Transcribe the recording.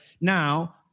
Now